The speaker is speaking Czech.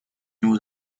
němu